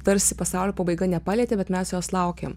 tarsi pasaulio pabaiga nepalietė bet mes jos laukiam